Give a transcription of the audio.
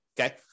Okay